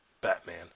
Batman